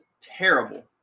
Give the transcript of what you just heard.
terrible